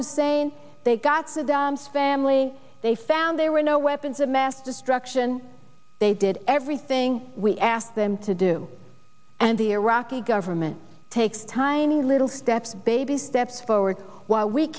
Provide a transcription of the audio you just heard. hussein they got saddam's family they found there were no weapons of mass destruction they did everything we asked them to do and the iraqi government takes time little steps baby steps forward while we